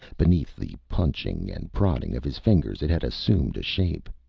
beneath the punching and prodding of his fingers, it had assumed a shape.